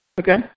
Okay